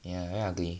ya you very ugly